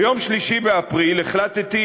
ביום 3 באפריל החלטתי,